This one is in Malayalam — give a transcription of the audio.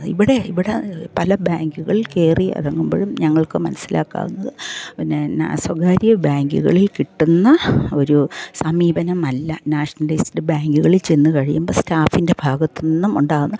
ഇവിടെ ഇവിടെ പല ബാങ്കുകളിൽ കയറി ഇറങ്ങുമ്പഴും ഞങ്ങൾക്ക് മനസ്സിലാക്കാവുന്നത് പിന്നെ സ്വകാര്യ ബാങ്കുകളിൽ കിട്ടുന്ന ഒരു സമീപനമല്ല നാഷണലൈസ്ഡ് ബാങ്കുകളിൽ ചെന്ന് കഴിയുമ്പം സ്റ്റാഫിൻ്റെ ഭാഗത്ത് നിന്നും ഉണ്ടാകുന്നത്